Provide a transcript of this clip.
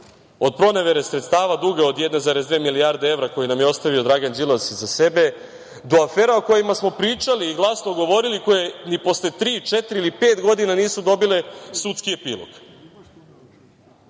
od pronevere sredstava, duga od 1,2 milijarde evra koju nam je ostavio Dragan Đilas iza sebe, do afera o kojima smo pričali i glasno govorili i koje ni posle tri, četiri ili posle pet godina nisu dobile sudski epilog. Sa